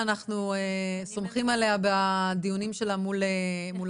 אנחנו סומכים על אלינה בדיונים שלה מול האוצר,